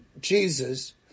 Jesus